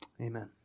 Amen